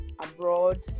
abroad